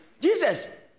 Jesus